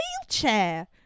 wheelchair